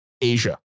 Asia